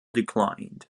declined